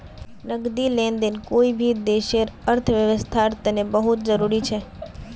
नकदी लेन देन कोई भी देशर अर्थव्यवस्थार तने बहुत जरूरी छ